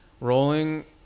rolling